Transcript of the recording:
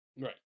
right